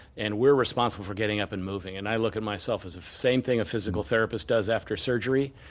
and we're responsible for getting up and moving, and i look at myself as the same thing a physical therapist does after surgery,